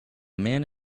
man